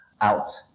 out